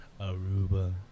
Aruba